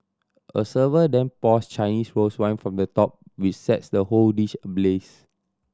a server then pours Chinese rose wine from the top which sets the whole dish ablaze